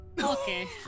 Okay